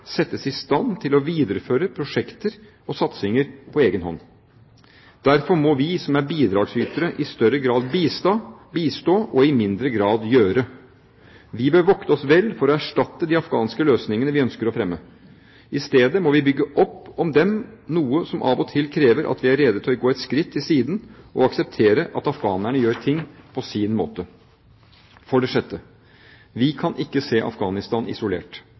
settes i stand til å videreføre prosjekter og satsinger på egen hånd. Derfor må vi – som er bidragsytere – i større grad bistå og i mindre grad gjøre. Vi bør vokte oss vel for å erstatte de afghanske løsningene vi ønsker å fremme. I stedet må vi bygge opp om dem, noe som av og til krever at vi er rede til å gå et skritt til siden og akseptere at afghanerne gjør ting på sin måte. For det sjette: Vi kan ikke se Afghanistan isolert.